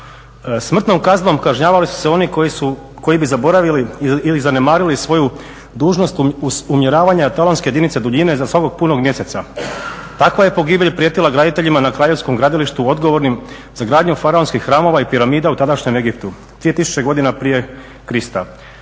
Smrtnom kaznom kažnjavali su se oni koji bi zaboravili ili zanemarili svoju dužnost uz umjeravanja talonske jedinice duljine za svakog punog mjeseca. Takva je pogibelj prijetila graditeljima na kraljevskom gradilištu odgovornim za gradnju faraonskih hramova i piramida u tadašnjem Egiptu, 2000 godina prije Krista.